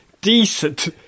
decent